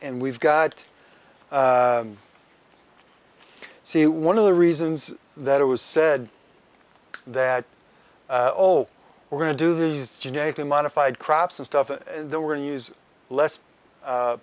and we've got to see one of the reasons that it was said that oh we're going to do these genetically modified crops and stuff and they were in use less